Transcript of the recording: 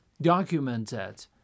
documented